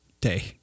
day